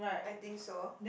I think so